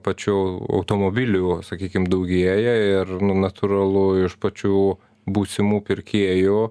pačių automobilių sakykim daugėja ir nu natūralu iš pačių būsimų pirkėjų